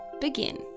begin